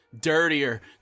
dirtier